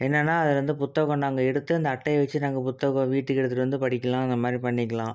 என்னென்னா அது வந்து புத்தகம் நாங்கள் எடுத்து அந்த அட்டையை வச்சி நாங்கள் புத்தகம் வீட்டுக்கு எடுத்துட்டு வந்து படிக்கலாம் அந்தமாதிரி பண்ணிக்கலாம்